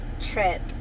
trip